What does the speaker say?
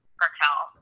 cartel